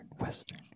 Western